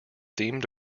themed